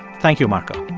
thank you, marco